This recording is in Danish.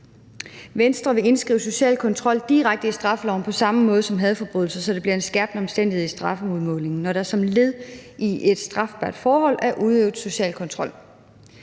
Venstre vil indskrive social kontrol direkte i straffeloven på samme måde som hadforbrydelser, så det bliver en skærpende omstændighed i strafudmålingen, når der som led i et strafbart forhold er udøvet social kontrol.